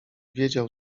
wiedział